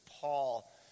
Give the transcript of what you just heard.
Paul